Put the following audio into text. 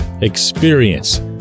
experience